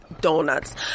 Donuts